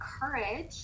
courage